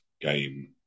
game